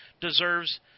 deserves